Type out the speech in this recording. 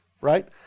right